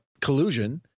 collusion